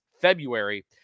February